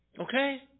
Okay